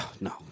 No